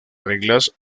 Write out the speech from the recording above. reglas